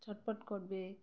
ছটফট করবে